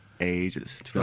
ages